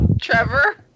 Trevor